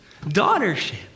daughtership